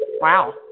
Wow